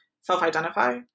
self-identify